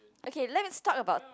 okay let's talk about